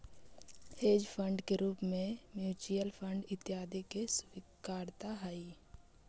hedge fund के रूप में म्यूच्यूअल फंड इत्यादि के स्वीकार्यता हई